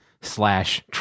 slash